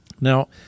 Now